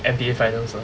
N_B_A finals ah